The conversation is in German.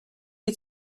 die